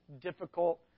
difficult